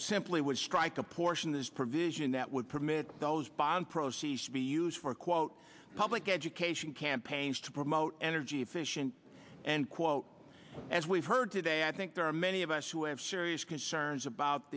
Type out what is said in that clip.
simply would strike a portion of this provision that would permit those bond proceeds to be used for quote public education campaigns to promote energy efficient and quote as we've heard today i think there are many of us who have serious concerns about